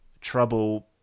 trouble